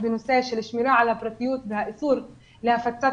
לנושא של שמירה על הפרטיות והאיסור על הפצת